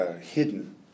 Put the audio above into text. Hidden